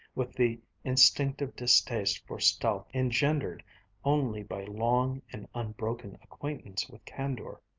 with the instinctive distaste for stealth engendered only by long and unbroken acquaintance with candor.